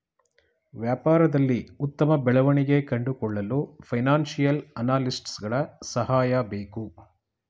ವ್ಯಾಪಾರದಲ್ಲಿ ಉತ್ತಮ ಬೆಳವಣಿಗೆ ಕಂಡುಕೊಳ್ಳಲು ಫೈನಾನ್ಸಿಯಲ್ ಅನಾಲಿಸ್ಟ್ಸ್ ಗಳ ಸಹಾಯ ಬೇಕು